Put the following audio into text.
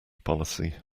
policy